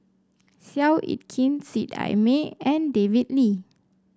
Seow Yit Kin Seet Ai Mee and David Lee